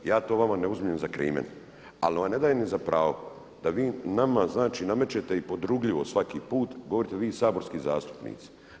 Ja to vama ne uzimam za krimen, ali vam ne dajem ni za pravo da vi nama znači namećete i podrugljivo svaki put govorite vi saborski zastupnici.